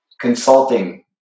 consulting